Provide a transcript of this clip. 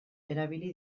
erabili